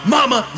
Mama